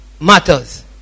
matters